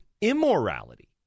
immorality